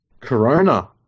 Corona